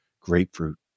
Grapefruit